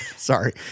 Sorry